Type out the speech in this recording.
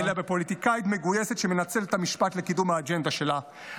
-- אלא בפוליטיקאית מגויסת שמנצלת את המשפט לקידום האג'נדה שלה.